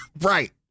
right